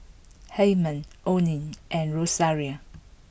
Hymen Oney and Rosaria